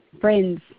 friends